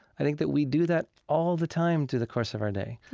i think that we do that all the time through the course of our day.